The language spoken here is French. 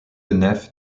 nef